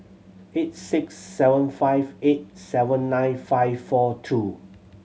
eight six seven five eight seven nine five four two